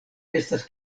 estas